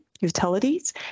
utilities